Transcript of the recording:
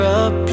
up